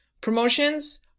promotions